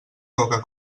coca